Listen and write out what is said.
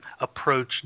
approach